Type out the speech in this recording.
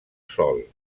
sol